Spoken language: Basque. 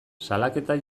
salaketa